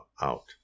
out